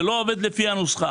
זה לא עובד לפי הנוסחה.